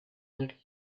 reads